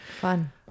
Fun